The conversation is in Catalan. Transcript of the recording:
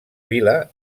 vila